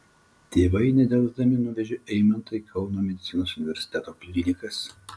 tėvai nedelsdami nuvežė eimantą į kauno medicinos universiteto klinikas